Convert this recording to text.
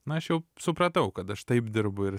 na aš jau supratau kad aš taip dirbu ir